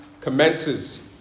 commences